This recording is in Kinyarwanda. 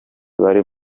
bari